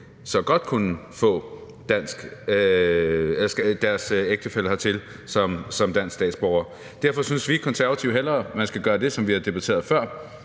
godt kunne få deres ægtefælle hertil som dansk statsborger? Derfor synes vi konservative hellere, at man skal gøre det, som vi har debatteret før,